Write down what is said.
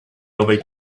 owej